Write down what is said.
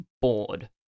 bored